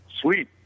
sweet